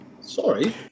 Sorry